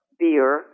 beer